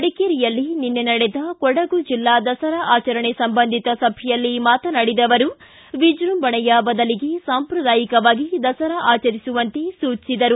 ಮಡಿಕೇರಿಯಲ್ಲಿ ನಿನ್ನೆ ನಡೆದ ಕೊಡಗು ಜಿಲ್ಲಾ ದಸರಾ ಆಚರಣೆ ಸಂಬಂಧಿತ ಸಭೆಯಲ್ಲಿ ಮಾತನಾಡಿದ ಅವರು ವಿಜೃಂಭಣೆಯ ಬದಲಿಗೆ ಸಾಂಪ್ರದಾಯಿಕವಾಗಿ ದಸರಾ ಆಚರಿಸುವಂತೆ ಸೂಚಿಸಿದರು